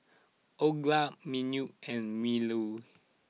Olga Manuel and Mylie